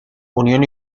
unión